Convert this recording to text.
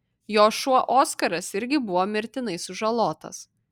jo šuo oskaras irgi buvo mirtinai sužalotas